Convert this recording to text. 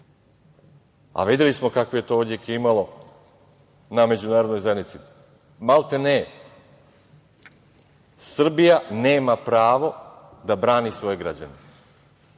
a videli smo kakvog je to odjeka imalo na međunarodnoj zajednici, maltene Srbija nema pravo da brani svoje građane. Dakle,